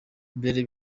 mbere